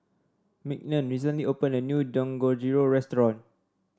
Mignon recently opened a new Dangojiru Restaurant